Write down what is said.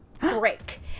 break